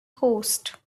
coast